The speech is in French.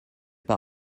pas